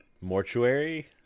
mortuary